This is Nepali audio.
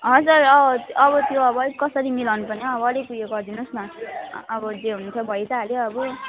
हजुर अब त्यो अब कसरी मिलाउनु पर्छ अलिक यो गरिदिनु होस् न अब जे हुनु थियो भई त हाल्यो अब